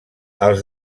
als